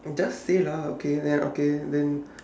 just say lah okay ya okay then